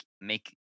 make